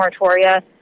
moratoria